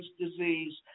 disease